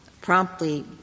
promptly